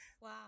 Wow